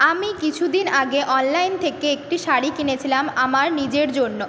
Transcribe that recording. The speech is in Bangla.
আমি কিছু দিন আগে অনলাইন থেকে একটি শাড়ি কিনেছিলাম আমার নিজের জন্য